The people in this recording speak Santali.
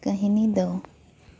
ᱠᱟᱹᱦᱤᱱᱤ ᱫᱚ